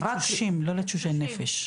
לתשושים, לא לתשושי נפש.